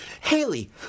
Haley